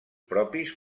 propis